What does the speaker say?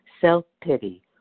self-pity